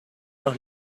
los